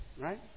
right